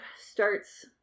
starts